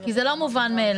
כי זה לא מובן מאליו,